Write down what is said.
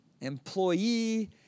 employee